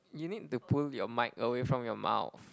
you need to pull your mic away from your mouth